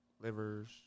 livers